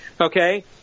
Okay